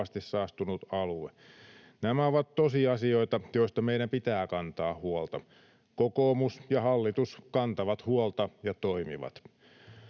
saastunut alue. Nämä ovat tosiasioita, joista meidän pitää kantaa huolta. Kokoomus ja hallitus kantavat huolta ja toimivat.